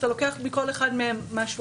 לוקח מכל אחת מהן משהו.